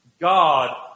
God